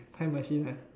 time machine and